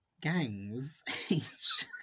gangs